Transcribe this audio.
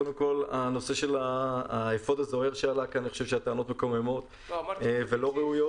נושא האפוד הזוהר שעלה כאן אני חושב שהטענות מקוממות ולא ראויות.